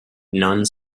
none